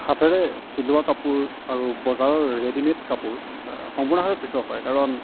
হাতেৰে চিলোৱা কাপোৰ আৰু বজাৰৰ ৰেডি মেট কাপোৰ সম্পূৰ্ণভাৱে পৃথক হয় কাৰণ